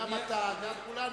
גם אתה, גם כולנו.